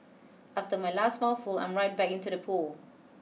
after my last mouthful I'm right back into the pool